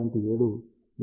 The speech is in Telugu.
56 అని చెప్పండి